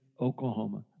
Oklahoma